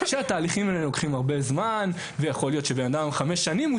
שהתהליכים האלה לוקחים הרבה זמן ויכול להיות שבן אדם מושהה